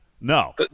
no